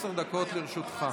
עשר דקות לרשותך.